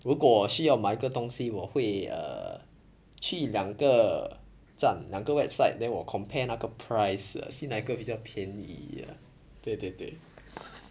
如果需要买个东西我会 err 去两个站两个 website then 我 compare 那个 price see 哪个比较便宜 ah 对对对